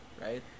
right